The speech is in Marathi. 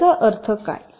याचा अर्थ काय